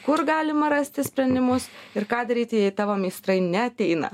kur galima rasti sprendimus ir ką daryti jei tavo meistrai neateina